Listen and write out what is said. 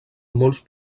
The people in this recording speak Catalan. molts